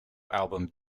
album